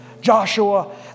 Joshua